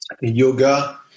yoga